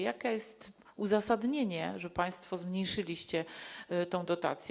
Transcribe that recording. Jakie jest uzasadnienie, że państwo zmniejszyliście tę dotację?